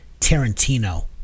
Tarantino